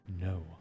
No